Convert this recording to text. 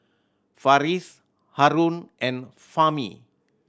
Farish Haron and Fahmi